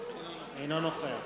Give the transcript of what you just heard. אינו נוכח